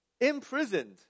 imprisoned